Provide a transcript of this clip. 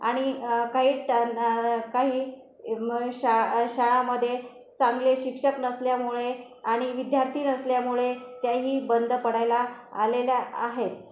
आणि काही काही म शा शाळामध्ये चांगले शिक्षक नसल्यामुळे आणि विद्यार्थी नसल्यामुळे त्याही बंद पडायला आलेल्या आहेत